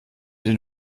den